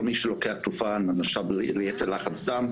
כל מי שלוקח תרופה או מרשם ליתר לחץ דם,